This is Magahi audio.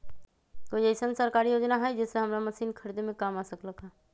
कोइ अईसन सरकारी योजना हई जे हमरा मशीन खरीदे में काम आ सकलक ह?